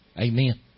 Amen